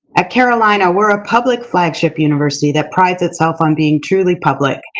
at carolina, we're a public flagship university that prides itself on being truly public.